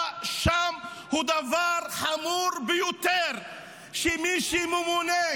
שם הוא דבר חמור ביותר -- משה יודע את זה בזמן אמת.